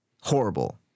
horrible